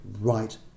right